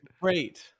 Great